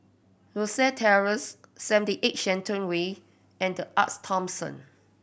Rosyth Terrace Seventy Eight Shenton Way and The Arte Thomson